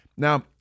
Now